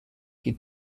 qui